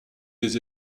des